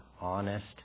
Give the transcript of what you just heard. honest